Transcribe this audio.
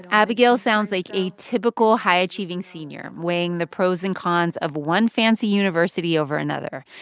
abigail sounds like a typical high-achieving senior, weighing the pros and cons of one fancy university over another.